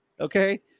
okay